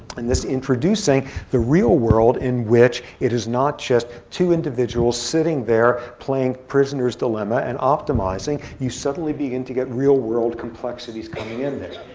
and this is introducing the real world in which it is not just two individuals sitting there playing prisoner's dilemma and optimizing. you suddenly begin to get real world complexities coming in there.